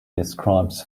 describes